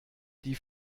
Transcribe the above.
die